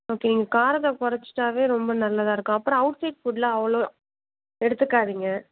okay நீங்கள் காரத்தை குறச்சிட்டாவே ரொம்ப நல்லதாக இருக்கும் அப்புறம் அவுட் சைட் புட்லாம் அவ்வளோ எடுத்துக்காதீங்க